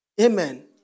Amen